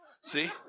See